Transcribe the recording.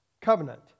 covenant